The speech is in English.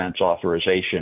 Authorization